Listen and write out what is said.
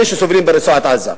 אלה שסגורים ברצועת-עזה.